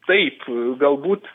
taip galbūt